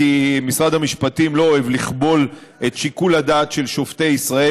כי משרד המשפטים לא אוהב לכבול את שיקול הדעת של שופטי ישראל,